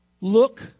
Look